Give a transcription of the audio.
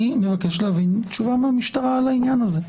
אני מבקש להבין תשובה מהמשטרה על העניין הזה,